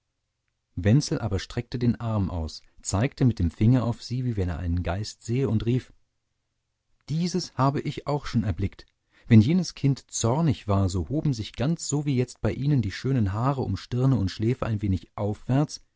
wenzel aber streckte den arm aus zeigte mit dem finger auf sie wie wenn er einen geist sähe und rief dieses habe ich auch schon erblickt wenn jenes kind zornig war so hoben sich ganz so wie jetzt bei ihnen die schönen haare um stirne und schläfe ein wenig aufwärts